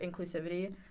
inclusivity